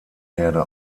herde